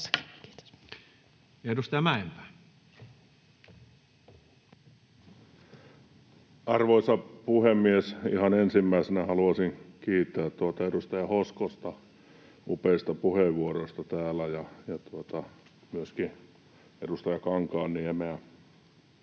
Time: 19:39 Content: Arvoisa puhemies! Ihan ensimmäisenä haluaisin kiittää edustaja Hoskosta upeista puheenvuoroista täällä ja myöskin edustaja Kankaanniemeä.